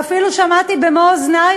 ואפילו שמעתי במו אוזני,